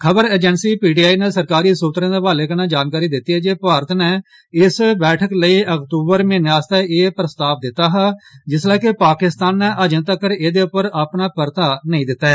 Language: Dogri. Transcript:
खबर अजेंसी पीटीआई नै सरकारी सूत्रे दे हवालें कन्नै जानकारी दित्ती ऐ जे भारत नै इस बैठक लेई अक्तूबर म्हीनें आस्तै एह् प्रस्ताव दित्ता हा जिसलै कि पाकिस्तान नै अजें तक्कर एह्दे उप्पर अपना परता नेई दित्ता